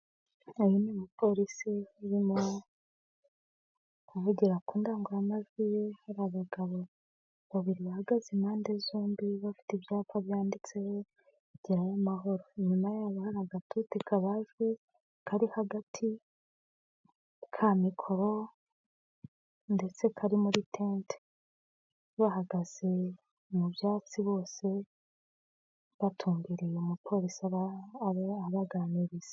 Umupolisi urimo kuvugira ku ndangururamajwi hari abagabo babiri bahagaze impande ze zombi bafite ibyapa byanditseho gerayo amahoro, inyuma yabo hari agatuti gakoreshwa n'ujyiye kuvuga igihe ashaka kugakoresha ndetse kari mu ihema bahagaze mu byatsi bose bakurikiye umupolisi abaganiriza.